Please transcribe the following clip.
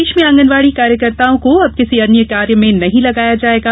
प्रदेश में आंगनवाड़ी कार्यकर्ताओं को अब किसी अन्य कार्य में नहीं लगाया जाएगा